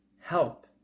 help